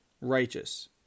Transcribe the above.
righteous